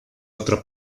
otra